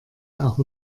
auch